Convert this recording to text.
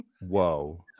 whoa